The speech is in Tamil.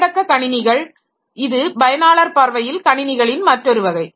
கையடக்க கணினிகள் இது பயனாளர் பார்வையில் கணினிகளின் மற்றொரு வகை